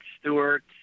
Stewart